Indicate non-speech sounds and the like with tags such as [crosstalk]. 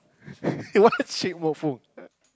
[noise] what's shake more full